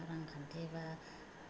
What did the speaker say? रांखान्थि एबा